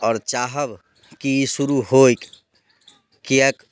आओर चाहब कि शुरू होय किएक